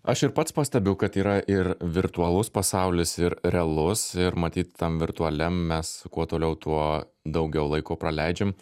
aš ir pats pastebiu kad yra ir virtualus pasaulis ir realus ir matyt tam virtualiam mes kuo toliau tuo daugiau laiko praleidžiam